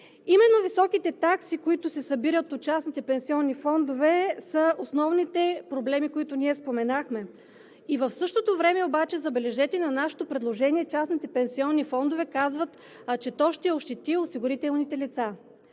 Именно високите такси, които се събират от частните пенсионни фондове, са основните проблеми, за които споменахме. В същото време, забележете, на нашето предложение частните пенсионни фондове казват, че то ще ощети осигурените лица.